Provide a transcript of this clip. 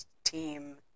team